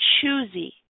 choosy